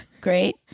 Great